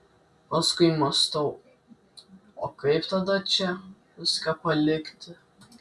paskui mąstau o kaip tada čia viską palikti